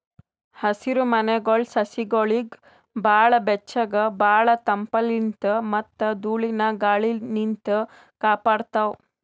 ಹಸಿರಮನೆಗೊಳ್ ಸಸಿಗೊಳಿಗ್ ಭಾಳ್ ಬೆಚ್ಚಗ್ ಭಾಳ್ ತಂಪಲಿನ್ತ್ ಮತ್ತ್ ಧೂಳಿನ ಗಾಳಿನಿಂತ್ ಕಾಪಾಡ್ತಾವ್